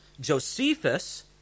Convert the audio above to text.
Josephus